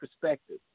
Perspective